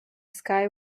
sky